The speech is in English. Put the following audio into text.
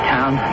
town